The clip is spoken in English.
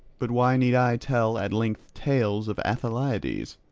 but why need i tell at length tales of aethalides?